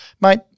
Mate